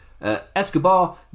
Escobar